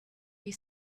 you